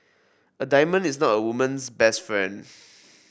a diamond is not a woman's best friend